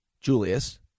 julius